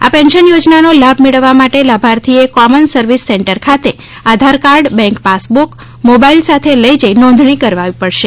આ પેન્શન યોજનાનો લાભ મેળવવા માટે લાભાર્થીએ કોમન સર્વિસ સેન્ટર ખાતે Aadhaar card bank passbook mobile સાથે લઈ જઈ નોંધણી કરાવવી પડશે